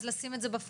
אז לשים את זה בפרונט,